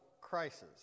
crisis